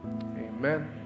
Amen